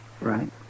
right